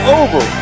over